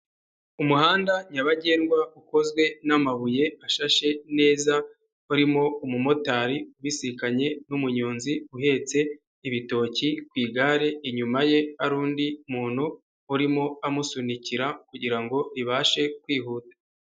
Umuhanda nyabagendwa ukozwe n'amabuye ashashe neza harimo umumotari ubisikanye n'umuyonzi uhetse ibitoki ku igare, inyuma ye hari undi muntu urimo amusunikira kugira ngo ibashe kwihuta.